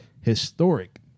historic